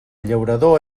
llaurador